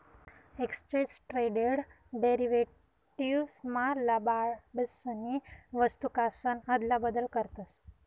exchange traded derivatives मा लबाडसनी वस्तूकासन आदला बदल करतस